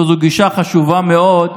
וזו גישה חשובה מאוד,